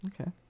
okay